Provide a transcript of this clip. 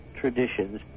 traditions